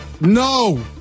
no